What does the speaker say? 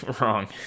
wrong